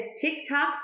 TikTok